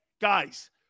guys